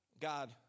God